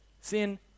Sin